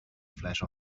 flash